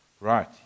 Right